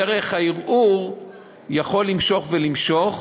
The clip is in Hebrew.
דרך הערעור יכול למשוך ולמשוך.